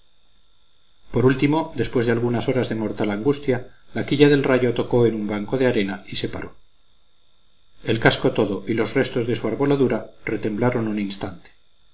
por último después de algunas horas de mortal angustia la quilla del rayo tocó en un banco de arena y se paró el casco todo y los restos de su arboladura retemblaron un instante